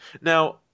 Now